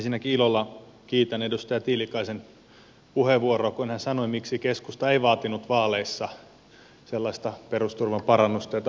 ensinnäkin ilolla kiitän edustaja tiilikaista kun hän puheenvuorossaan sanoi miksi keskusta ei vaatinut vaaleissa sellaista perusturvan parannusta jota hallitus on nyt tehnyt